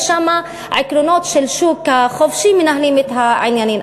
ושם עקרונות של השוק החופשי מנהלים את העניינים.